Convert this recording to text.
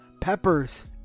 Peppers